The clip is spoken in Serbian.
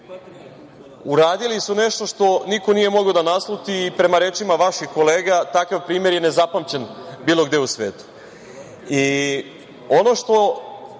uradili su nešto što niko nije mogao da nasluti i prema rečima vaših kolega, takav primer je nezapamćen bilo gde u svetu.